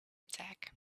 attack